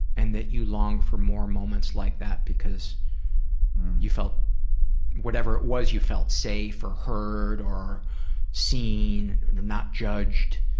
and that you long for more moments like that, because you felt whatever it was, you felt safe or heard or seen, not judged,